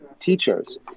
teachers